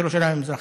ירושלים המזרחית.